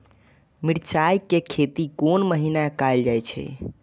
मिरचाय के खेती कोन महीना कायल जाय छै?